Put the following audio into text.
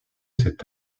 cet